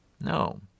No